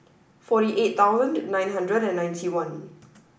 forty eight thousand nine hundred and ninety one